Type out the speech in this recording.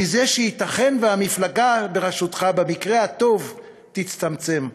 מזה שייתכן שהמפלגה בראשותך במקרה הטוב תצטמצם.